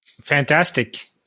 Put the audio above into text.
Fantastic